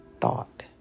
thought